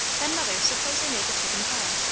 then, mother, suppose i make a chicken pie?